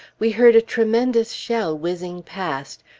we heard a tremendous shell whizzing past,